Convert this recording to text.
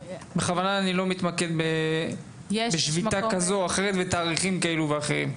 בכוונה אני לא מתמקד בצד בשביתה כזו או אחרת ותאריכים כאלו ואחרים.